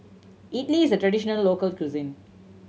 idili is a traditional local cuisine